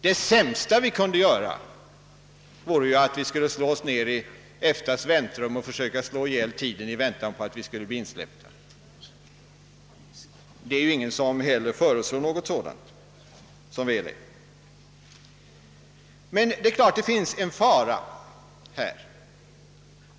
Det sämsta vi kunde göra vore att sätta oss ned i EEC:s väntrum och försöka slå ihjäl tiden i avvaktan på att bli insläppta. Ingen föreslår heller något sådant, som väl är. Dock är det klart att här finns en fara.